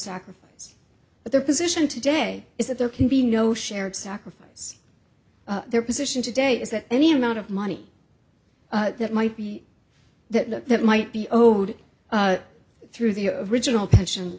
sacrifice but their position today is that there can be no shared sacrifice their position today is that any amount of money that might be that that might be owed through the of original pension